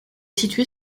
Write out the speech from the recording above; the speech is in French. situé